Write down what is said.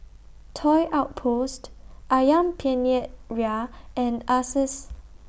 Toy Outpost Ayam Penyet Ria and Asus